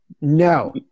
no